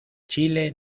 chile